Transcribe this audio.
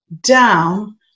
down